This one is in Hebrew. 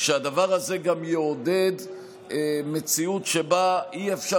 שהדבר הזה גם יעודד מציאות שבה אי-אפשר